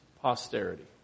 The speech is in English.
posterity